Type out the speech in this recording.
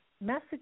message